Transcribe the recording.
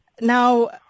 Now